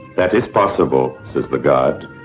that is possible, says the guard.